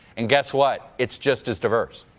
and guess what, it's just as diverse.